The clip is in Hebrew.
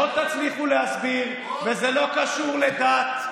וזה לא קשור לדת,